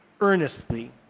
earnestly